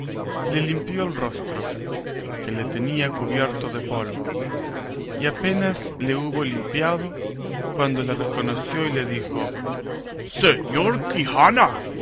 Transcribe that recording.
le limpió el rostro que le tenía cubierto de polvo y apenas le hubo limpiado cuando le conoció y le dijo señor quijana